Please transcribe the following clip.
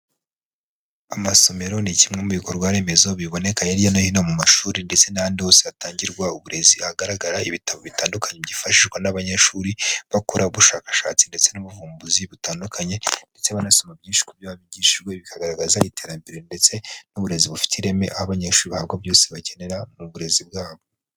Amasomero ni kimwe mu bikorwa remezo biboneka hirya no hino mu mashuri, ndetse n'ahandi hose hatangirwa uburezi, hagaragara ibitabo bitandukanye byifashishwa n'abanyeshuri bakora ubushakashatsi, ndetse n'ubuvumbuzi butandukanye ndetse banasoma byinshi ku byo bigishijwe, bikagaragaza iterambere ndetse n'uburezi bufite ireme, abanyeshuri bahabwa byose bakenera mu burezi bwabo.